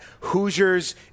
Hoosiers